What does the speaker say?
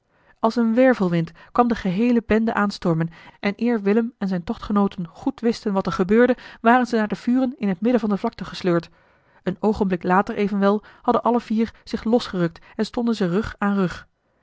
als een wervelwind kwam de geheele bende aanstormen en eer willem en zijne tochtgenooten goed wisten wat er gebeurde waren ze naar de vuren in het midden van de vlakte gesleurd een oogenblik later evenwel hadden alle vier zich losgerukt en stonden ze rug aan rug